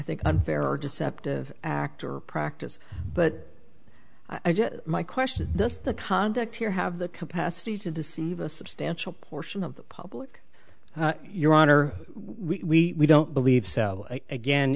think unfair or deceptive act or practice but i just my question does the conduct here have the capacity to deceive a substantial portion of the public your honor we don't believe so again